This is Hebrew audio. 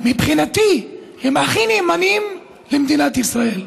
שמבחינתי הם הכי נאמנים למדינת ישראל.